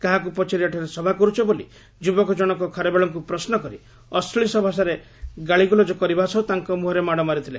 କାହାକୁ ପଚାରି ଏଠାରେ ସଭା କରୁଛ ବୋଲି ଯୁବକଜଶକ ଖାରବେଳଙ୍କୁ ପ୍ରଶ୍ନ କରି ଅଶ୍ଳୀଳ ଭାଷାରେ ଗାଳିଗୁଲଜ କରିବା ସହ ତାଙ୍କ ମୁହଁରେ ମାଡ଼ ମାରିଥିଲେ